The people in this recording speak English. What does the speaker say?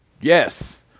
yes